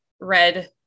red